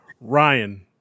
Ryan